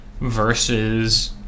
versus